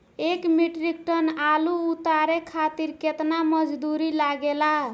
एक metric tonne आलू उतारे खातिर केतना मजदूरी लागेला?